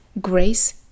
grace